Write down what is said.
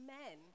men